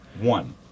one